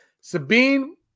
Sabine